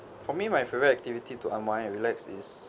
for me my favourite activity to unwind and relax is